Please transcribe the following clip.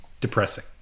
depressing